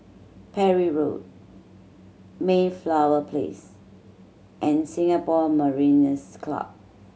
Parry Road Mayflower Place and Singapore Mariners' Club